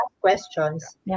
questions